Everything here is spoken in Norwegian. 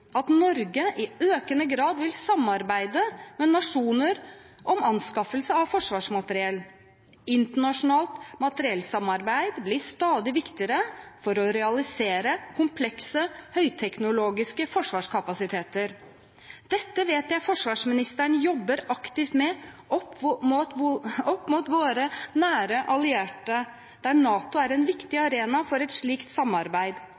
at Norge i økende grad vil samarbeide med andre nasjoner om anskaffelse av forsvarsmateriell. Internasjonalt materiellsamarbeid blir stadig viktigere for å realisere komplekse, høyteknologiske forsvarskapasiteter. Dette vet jeg forsvarsministeren jobber aktivt med opp mot våre nære allierte, der NATO er en viktig arena for et slikt samarbeid.